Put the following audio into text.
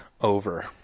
over